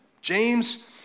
James